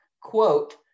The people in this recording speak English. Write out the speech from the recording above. quote